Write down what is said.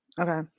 Okay